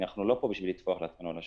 אנחנו פה לא כדי לטפוח לעצמנו על השכם,